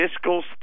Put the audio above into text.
fiscal